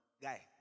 guy